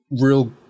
real